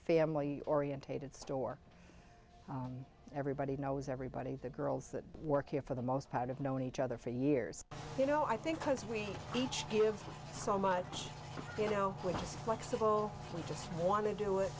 family orientated store everybody knows everybody the girls that work here for the most part have known each other for years you know i think because we each give so much you know we're just like civil and just want to do it